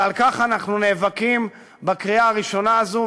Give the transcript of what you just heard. ועל כך אנחנו נאבקים בקריאה הראשונה הזו,